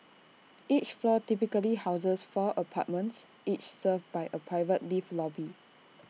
each floor typically houses four apartments each served by A private lift lobby